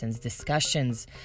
discussions